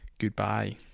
goodbye